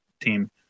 team